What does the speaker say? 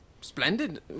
Splendid